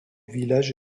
village